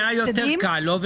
היה יותר קל לו,